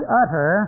utter